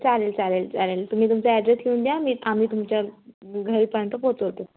चालेल चालेल चालेल तुम्ही तुमचा ॲड्रेस लिहून द्या मी आम्ही तुमच्या घरीपर्यंत पोचवतो